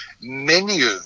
menu